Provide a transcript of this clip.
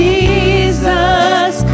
Jesus